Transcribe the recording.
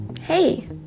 Hey